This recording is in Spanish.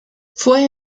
fue